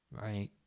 right